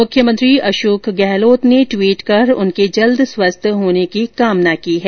मुख्यमंत्री अशोक गहलोत ने ट्वीट कर उनके जल्द स्वस्थ होने की कामना की है